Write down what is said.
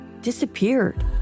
disappeared